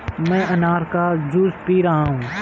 मैं अनार का जूस पी रहा हूँ